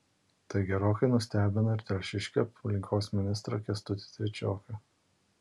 tai gerokai nustebino ir telšiškį aplinkos ministrą kęstutį trečioką